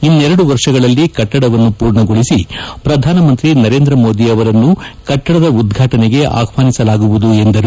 ಇನ್ನೆರಡು ವರ್ಷದಲ್ಲಿ ಕಟ್ಟಡವನ್ನು ಪೂರ್ಣಗೊಳಿಸಿ ಪ್ರಧಾನಮಂತ್ರಿ ನರೇಂದ್ರ ಮೋದಿ ಅವರನ್ನು ಕಟ್ಟಡದ ಉದ್ಘಾಟನೆಗೆ ಆಹ್ವಾನಿಸಲಾಗುವುದು ಎಂದರು